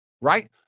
right